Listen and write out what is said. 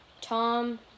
Tom